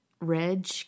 Reg